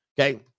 Okay